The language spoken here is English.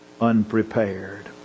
unprepared